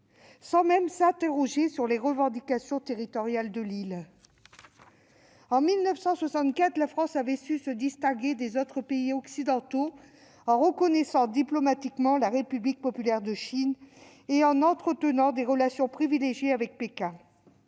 Sans même s'interroger sur les revendications territoriales de l'île ? En 1964, la France avait su se distinguer des autres pays occidentaux en reconnaissant diplomatiquement la République populaire de Chine et en entretenant des relations privilégiées avec Pékin.